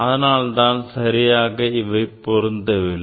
அதனால் தான் சரியாக பொருந்தவில்லை